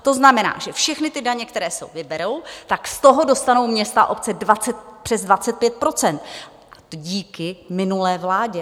To znamená, že všechny ty daně, které se vyberou, tak z toho dostanou města a obce přes 25 % díky minulé vládě.